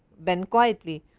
ben quietly,